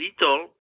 little